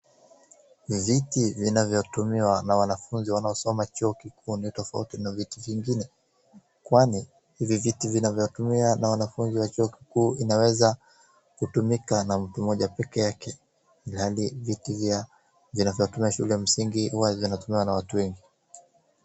Viti vinavyotumiwa na wanafunzi wanaosoma chuo kikuu ni tofauti na viti vingine, kwani hivi viti zinavyotumiwa na wanafunzi wa chuo kikuu inaweza kutumika na mtu mmoja peke yake, ilhali viti vya, vinavyotumiwa shule ya msingi huwa zinatumiwa na watu wengi.